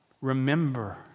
Remember